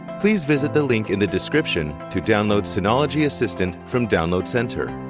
please visit the link in the description to download synology assistant from download center.